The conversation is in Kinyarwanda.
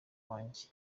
wanjye